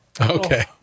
Okay